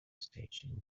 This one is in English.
stations